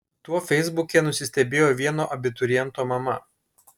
tuo feisbuke nusistebėjo vieno abituriento mama